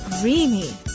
creamy